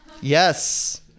yes